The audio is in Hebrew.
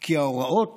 כי ההוראות